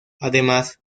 además